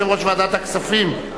יושב-ראש ועדת הכספים,